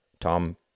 Tom